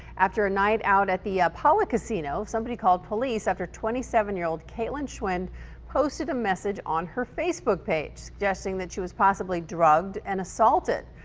after a night out at the apollo casino somebody called police after twenty seven year-old kalen schwind posted a message on her facebook page suggesting that she was possibly drugged and assaulted.